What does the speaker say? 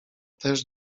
też